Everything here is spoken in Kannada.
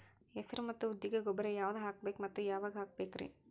ಹೆಸರು ಮತ್ತು ಉದ್ದಿಗ ಗೊಬ್ಬರ ಯಾವದ ಹಾಕಬೇಕ ಮತ್ತ ಯಾವಾಗ ಹಾಕಬೇಕರಿ?